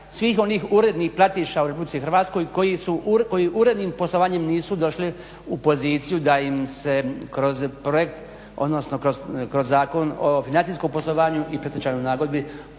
svih onih urednih platiša u RH koji urednim poslovanjem nisu došli u poziciju da im se kroz projekt odnosno kroz Zakon o financijskom poslovanju i predstečjanoj nagodbi